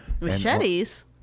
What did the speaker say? machetes